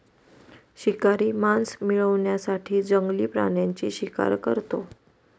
शिकारी मांस मिळवण्यासाठी जंगली प्राण्यांची शिकार करतो